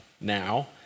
now